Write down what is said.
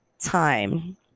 time